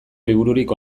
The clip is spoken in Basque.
libururik